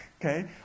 okay